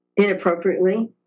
Inappropriately